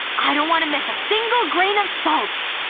i don't wanna miss a single grain of salt!